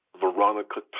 Veronica